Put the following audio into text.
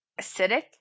acidic